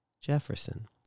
Jefferson